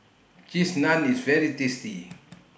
Cheese Naan IS very tasty